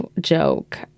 joke